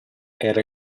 era